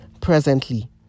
presently